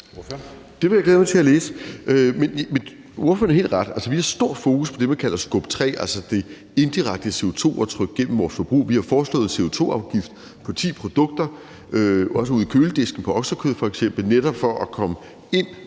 Det vil jeg glæde mig til at læse. Ordføreren har helt ret. Altså, vi har stort fokus på det, man kalder scope 3, altså det indirekte CO2-aftryk gennem vores forbrug. Vi har jo foreslået en CO2-afgift på ti produkter, også ude i køledisken på f.eks. oksekød, netop for at komme ind